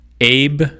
Abe